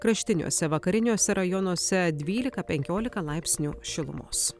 kraštiniuose vakariniuose rajonuose dvylika penkiolika laipsnių šilumos